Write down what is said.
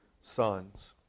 sons